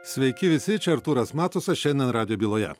sveiki visi čia artūras matusas šiandien radijo byloje